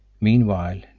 Meanwhile